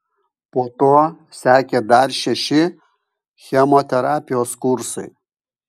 po to sekė dar šeši chemoterapijos kursai